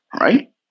right